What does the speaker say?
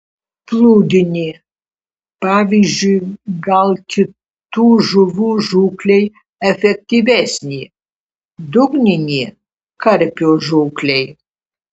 plūdinė pavyzdžiui gal kitų žuvų žūklei efektyvesnė dugninė karpio žūklei